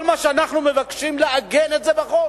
כל מה שאנחנו מבקשים זה לעגן את זה בחוק,